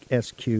SQ